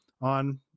on